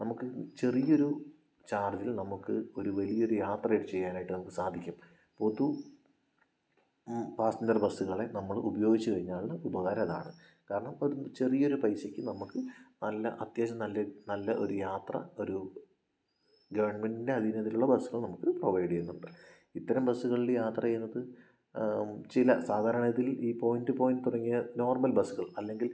നമുക്ക് ചെറിയൊരു ചാർജിൽ നമുക്ക് ഒരു വലിയൊരു യാത്ര ചെയ്യാനായിട്ട് നമുക്ക് സാധിക്കും പൊതു പാസഞ്ചർ ബസ്സുകളെ നമ്മൾ ഉപയോഗിച്ച് കഴിഞ്ഞാലുള്ള ഉപകാരം അതാണ് കാരണം ഒരു ചെറിയൊരു പൈസയ്ക്ക് നമുക്ക് നല്ല അത്യാവശ്യം നല്ല നല്ല ഒരു യാത്ര ഒരു ഗവൺമെൻ്റിൻ്റെ അധീനതയിലുള്ള ബസ്സുകൾ നമുക്ക് പ്രൊവൈഡ് ചെയ്യുന്നുണ്ട് ഇത്തരം ബസ്സുകളിൽ യാത്ര ചെയ്യുന്നത് ചില സാധാരണഗതിയിൽ ഈ പോയിൻ്റ് ടു പോയിൻ്റ് തുടങ്ങിയ നോർമൽ ബസ്സുകൾ അല്ലെങ്കിൽ